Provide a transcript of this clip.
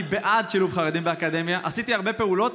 אני בעד שילוב חרדים באקדמיה, עשיתי הרבה פעולות.